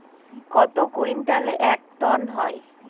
কত কুইন্টালে এক টন হয়?